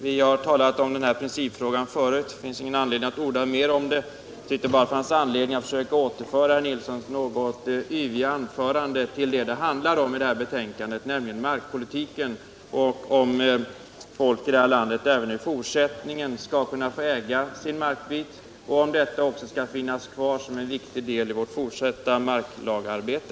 Vi har talat om denna principfråga tidigare, och det finns ingen anledning att nu orda mer om den saken. Men jag tyckte att det fanns anledning att återföra herr Nilssons något yviga anförande till vad det handlar om i betänkandet, nämligen markpolitiken och frågan huruvida människorna här i landet även i fortsättningen skall få äga sin markbit samt om detta också skall få finnas kvar som en viktig del i vårt fortsatta marklagarbete.